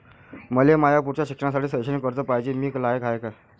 मले माया पुढच्या शिक्षणासाठी शैक्षणिक कर्ज पायजे, मी लायक हाय का?